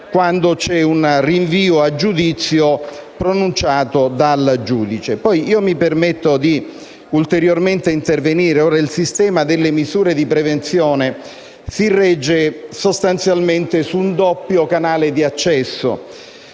quando c'è un rinvio a giudizio pronunciato dal giudice. Mi permetto, però, di intervenire ulteriormente. Il sistema delle misure di prevenzione si regge sostanzialmente su un doppio canale di accesso.